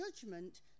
judgment